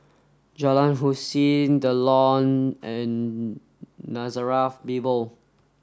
Jalan Hussein The Lawn and Nazareth Bible